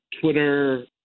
Twitter